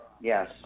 Yes